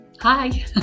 Hi